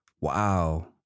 Wow